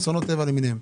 כל אסונות הטבע למיניהם.